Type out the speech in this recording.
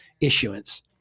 issuance